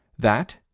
that,